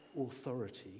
authority